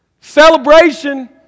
celebration